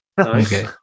Okay